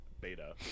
beta